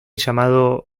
llamado